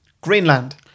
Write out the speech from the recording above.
Greenland